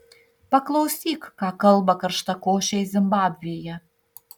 paklausyk ką kalba karštakošiai zimbabvėje